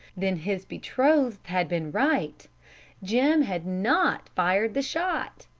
then his betrothed had been right jim had not fired the shot!